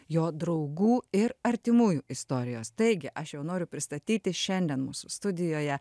jo draugų ir artimųjų istorijos taigi aš jau noriu pristatyti šiandien mūsų studijoje